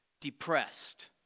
depressed